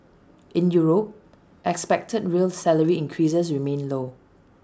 in Europe expected real salary increases remain low